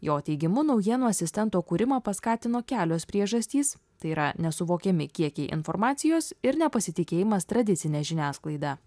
jo teigimu naujienų asistento kūrimą paskatino kelios priežastys tai yra nesuvokiami kiekiai informacijos ir nepasitikėjimas tradicinė žiniasklaida